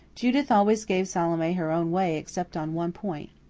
judith always gave salome her own way except on one point.